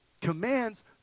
commands